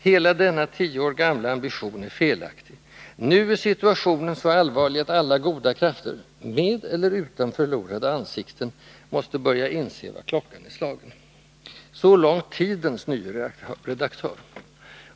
——— Hela denna tio år gamla ambition är felaktig ——— Nu är situationen så allvarlig att alla goda krafter — med eller utan förlorade ansikten — måste börja inse vad klockan är slagen.” Så långt Tidens nye redaktör.